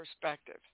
perspective